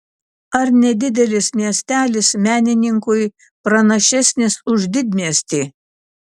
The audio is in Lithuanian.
ar nedidelis miestelis menininkui pranašesnis už didmiestį